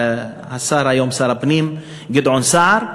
היום שר הפנים גדעון סער,